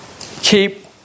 Keep